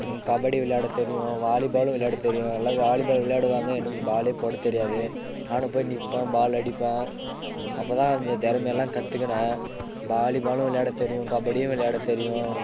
கபடி விளையாட தெரியும் வாலிபாலும் விளையாட தெரியும் எல்லாம் வாலிபால் விளையாடுவாங்க எனக்கு பால் போட தெரியாது நானும் போய் நிற்பேன் பால் அடிப்பேன் அப்போதான் அந்த திறமையெல்லாம் கற்றுக்கின வாலிபாலும் விளையாடத் தெரியும் கபடியும் விளையாட தெரியும்